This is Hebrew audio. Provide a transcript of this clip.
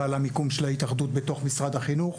המיקום של ההתאחדות בתוך משרד החינוך.